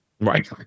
Right